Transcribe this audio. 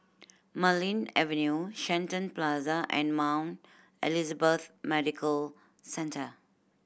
Marlene Avenue Shenton Plaza and Mount Elizabeth Medical Centre